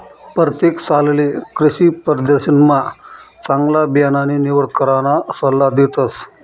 परतेक सालले कृषीप्रदर्शनमा चांगला बियाणानी निवड कराना सल्ला देतस